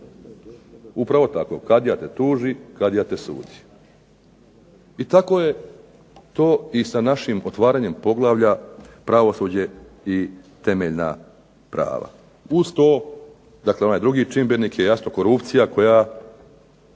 Upravo tako, kadija te tuži, kadija te sudi. I tako je to i sa našim otvaranjem Poglavlja pravosuđe i temeljna prava. Uz to, dakle onaj drugi čimbenik je jasno korupcija koja